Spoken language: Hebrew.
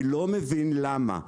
אני לא מבין למה היום,